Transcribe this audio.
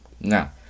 Now